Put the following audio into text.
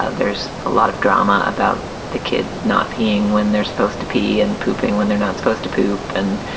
ah there's a lot of drama about the kid not peeing when they're supposed to pee and pooping when they're not supposed to poop. and,